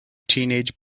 teenage